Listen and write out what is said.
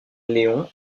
léon